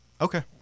okay